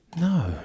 No